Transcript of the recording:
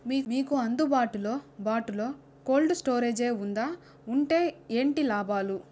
మీకు అందుబాటులో బాటులో కోల్డ్ స్టోరేజ్ జే వుందా వుంటే ఏంటి లాభాలు?